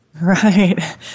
Right